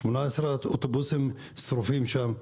18 אוטובוסים שרופים שם,